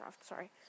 sorry